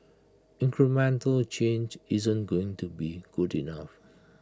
incremental change isn't going to be good enough